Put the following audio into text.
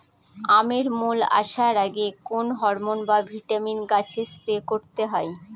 আমের মোল আসার আগে কোন হরমন বা ভিটামিন গাছে স্প্রে করতে হয়?